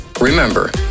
Remember